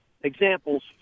examples